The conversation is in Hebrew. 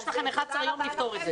יש לכם 11 ימים לפתור את זה.